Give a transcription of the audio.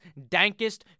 dankest